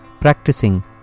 practicing